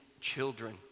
children